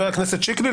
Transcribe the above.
השר שיקלי,